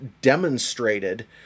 demonstrated